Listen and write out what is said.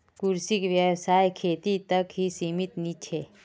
कृषि व्यवसाय खेती तक ही सीमित नी छे